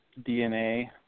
DNA